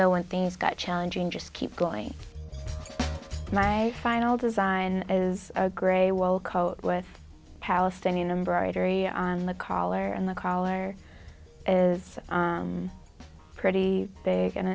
though when things got challenging just keep going my final design is a great coat with palestinian embroidery on the collar and the collar is pretty big and